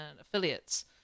affiliates